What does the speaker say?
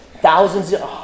thousands